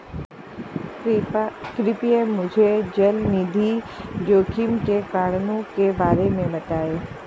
कृपया मुझे चल निधि जोखिम के कारणों के बारे में बताएं